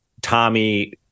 tommy